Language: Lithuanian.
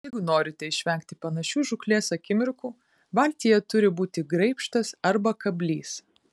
jeigu norite išvengti panašių žūklės akimirkų valtyje turi būti graibštas arba kablys